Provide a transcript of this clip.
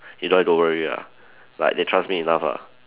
you don't have to worry lah like they trust me enough lah